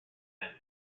end